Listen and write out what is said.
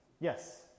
yes